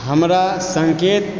हमरा संकेत